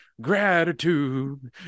gratitude